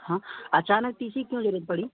हाँ अचानक T C क्यों लेनी पड़ी